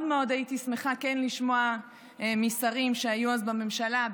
מאוד מאוד הייתי שמחה כן לשמוע משרים שהיו אז בממשלה,